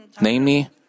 namely